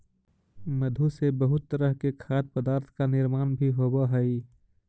मधु से बहुत तरह के खाद्य पदार्थ का निर्माण भी होवअ हई